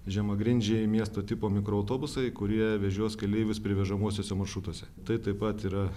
žemagrindžiai miesto tipo mikroautobusai kurie vežios keleivius privežamuosiuose maršrutuose tai taip pat yra